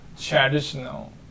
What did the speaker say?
traditional